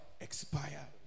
Expire